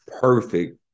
perfect